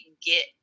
get